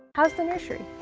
has been issued.